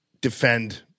defend